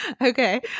Okay